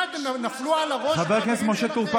מה, הם נפלו על הראש, החברים שלכם?